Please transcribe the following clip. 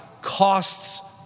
costs